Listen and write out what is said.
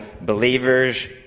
believers